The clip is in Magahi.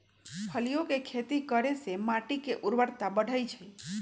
फलियों के खेती करे से माटी के ऊर्वरता बढ़ई छई